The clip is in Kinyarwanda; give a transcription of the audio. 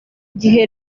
gihe